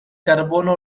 carbono